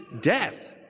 death